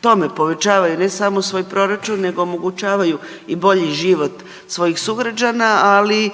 tome povećavaju ne samo svoj proračun nego omogućavaju i bolji život svojih sugrađana ali